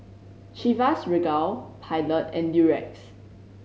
Chivas Regal Pilot and Durex